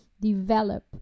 develop